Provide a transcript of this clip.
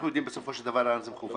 אנחנו יודעים בסופו של דבר לאן זה מכוון.